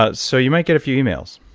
but so you might get a few emails.